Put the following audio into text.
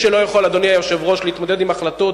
אדוני היושב-ראש, מי שלא יכול להתמודד עם החלטות,